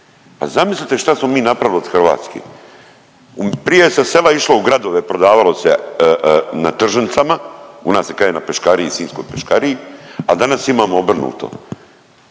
a zamislite šta smo mi napravili od Hrvatske. Prije je sa sela išlo u gradove, prodavalo se na tržnicama u nas se kaže na peškariji, sinjskoj peškariji, a danas imamo obrnuto,